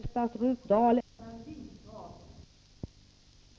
Herr talman! Jag har frågat vilka åtgärder statsrådet Dahl ämnar vidta